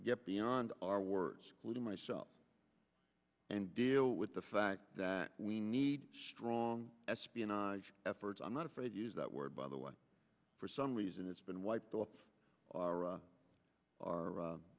get beyond our words leaving myself and deal with the fact that we need strong espionage efforts i'm not afraid to use that word by the way for some reason it's been wiped off our